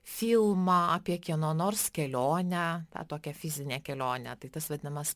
filmą apie kieno nors kelionę tą tokią fizinę kelionę tai tas vadinamas